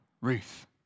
Ruth